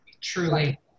Truly